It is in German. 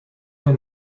der